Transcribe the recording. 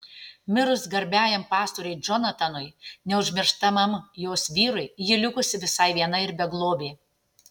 mirus garbiajam pastoriui džonatanui neužmirštamam jos vyrui ji likusi visai viena ir beglobė